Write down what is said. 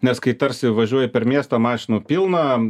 nes kai tarsi važiuoji per miestą mašinų pilna